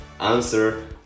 answer